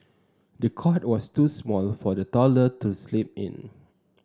the cot was too small for the toddler to sleep in